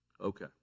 Okay